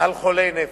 על חולי נפש.